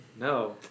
No